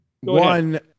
One